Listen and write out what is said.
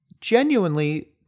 genuinely